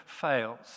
fails